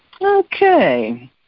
okay